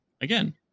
again